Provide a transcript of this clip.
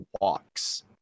walks